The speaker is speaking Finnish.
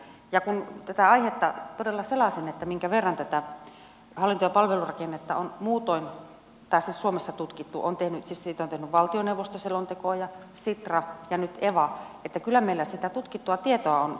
ja kun tätä aihetta todella selasin minkä verran tätä hallinto ja palvelurakennetta on muutoin suomessa tutkittu siis siitä on tehnyt valtioneuvosto selontekoa ja sitra ja nyt eva niin kyllä meillä sitä tutkittua tietoa on